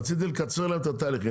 רציתי לקצר להם את התהליכים.